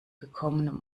gekommen